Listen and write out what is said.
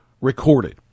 recorded